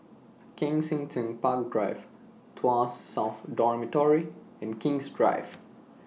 Kensington Park Drive Tuas South Dormitory and King's Drive